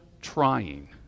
trying